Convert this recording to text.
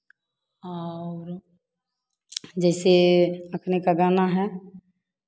और जैसे अखने का गाना है